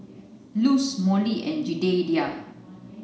Luz Molly and Jedediah